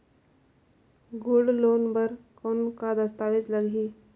Gold loan बर कौन का दस्तावेज लगही?